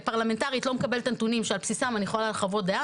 כפרלמנטרית לא מקבלת את הנתונים שעל בסיסם אני יכולה לחוות דעה,